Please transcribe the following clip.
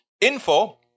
info